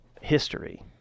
history